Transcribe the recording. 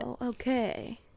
okay